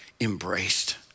embraced